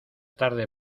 tarde